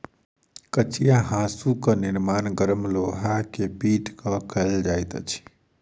कचिया हाँसूक निर्माण गरम लोहा के पीट क कयल जाइत अछि